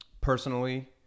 Personally